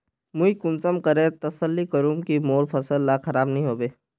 मुई कुंसम करे तसल्ली करूम की मोर फसल ला खराब नी होबे?